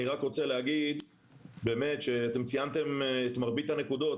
אני רק רוצה להגיד באמת שאתם ציינתם את מרבית הנקודות,